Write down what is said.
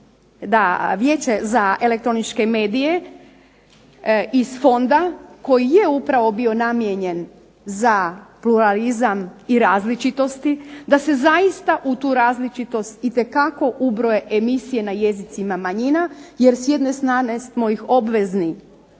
da Vijeće za elektroničke medije iz fonda koji je upravo bio namijenjen za pluralizam i različitosti, da se zaista u tu različitost itekako ubroje emisije na jezicima manjina, jer s jedne